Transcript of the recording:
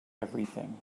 everything